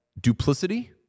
Duplicity